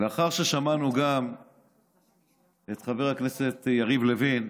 לאחר ששמענו גם את חבר הכנסת יריב לוין,